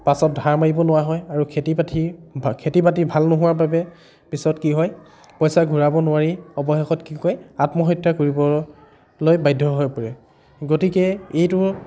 পাছত ধাৰ মাৰিব নোৱাৰা হয় আৰু খেতি পাতি খেতি বাতি ভাল নোহোৱাৰ বাবে পিছত কি হয় পইচা ঘূৰাব নোৱাৰি অৱশেষত কি কয় আত্মহত্যা কৰিবলৈ বাধ্য হৈ পৰে গতিকে এইটো